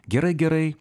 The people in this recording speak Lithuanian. gerai gerai